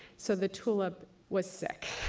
so, the tulip was sick.